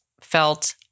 felt